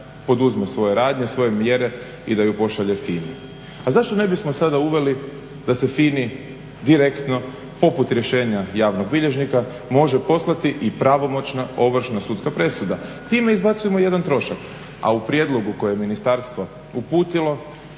poduzmu svoje radnje, svoje mjere i da ju pošalje FINA-i. A zašto ne bismo sada uveli da se FINA-i direktno poput rješenja javnog bilježnika može poslati i pravomoćna ovršna sudska presuda. Time izbacujemo jedan trošak, a u prijedlogu koje je ministarstvo uputilo